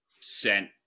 sent